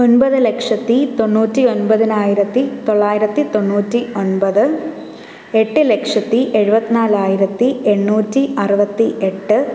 ഒൻപത് ലക്ഷത്തി തൊണ്ണൂറ്റി ഒൻപതിനായിരത്തി തൊള്ളായിരത്തി തൊണ്ണൂറ്റി ഒൻപത് എട്ട് ലക്ഷത്തി എഴുപത്തിനാലായിരത്തി എണ്ണൂറ്റി അറുപത്തി എട്ട്